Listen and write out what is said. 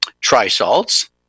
tri-salts